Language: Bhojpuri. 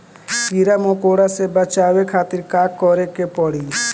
कीड़ा मकोड़ा से बचावे खातिर का करे के पड़ी?